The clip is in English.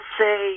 say